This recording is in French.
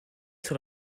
sur